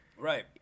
Right